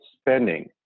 spending